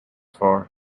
far